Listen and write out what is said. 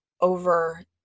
over